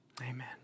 Amen